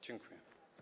Dziękuję.